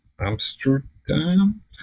Amsterdam